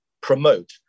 promote